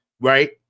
right